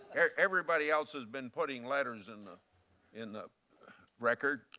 everybody else has been putting letters in the in the record.